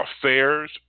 affairs